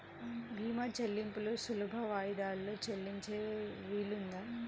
భీమా చెల్లింపులు సులభ వాయిదాలలో చెల్లించే వీలుందా?